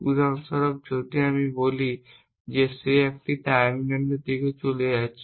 উদাহরণস্বরূপ যদি আমি বলি সে একটি টার্মিনালের দিকে চলে গেছে